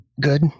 good